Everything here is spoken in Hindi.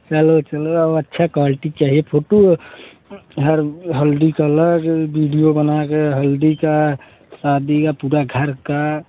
चलो चलो अब अच्छा क्वालटी चाहिए फोटू हर हल्दी का अलग बिडियो बना कर हल्दी का शादी का पूरे घर का